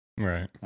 Right